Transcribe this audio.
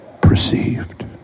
perceived